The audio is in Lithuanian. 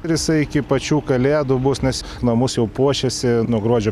ir jisai iki pačių kalėdų bus nes namus jau puošiasi nuo gruodžio